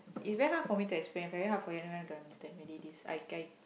it's very hard for me to explain very hard for anyone to understand really this I I